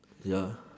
ya